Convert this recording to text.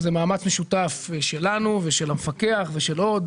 וזה מאמץ משותף שלנו ושל המפקח ושל עוד,